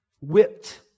whipped